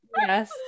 Yes